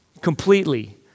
completely